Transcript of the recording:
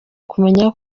kumenya